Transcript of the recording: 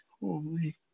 Holy